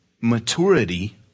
Maturity